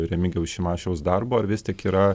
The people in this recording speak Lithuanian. remigijaus šimašiaus darbu ar vis tik yra